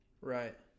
Right